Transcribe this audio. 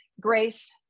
grace